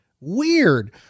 weird